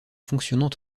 fonctionnant